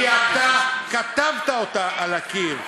כי אתה כתבת אותה על הקיר.